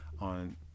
on